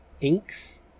inks